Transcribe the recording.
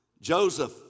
Joseph